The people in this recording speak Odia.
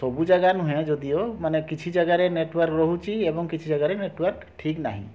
ସବୁଜାଗା ନୁହେଁ ଯଦିଓ ମାନେ କିଛି ଜାଗାରେ ନେଟୱାର୍କ୍ ରହୁଛି ଏବଂ କିଛି ଜାଗାରେ ନେଟୱାର୍କ୍ ଠିକ୍ ନାହିଁ